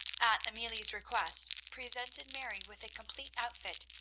at amelia's request presented mary with a complete outfit,